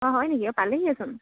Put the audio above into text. অঁ হয় নেকি অঁ পালেহিয়েইচোন